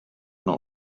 not